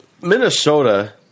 Minnesota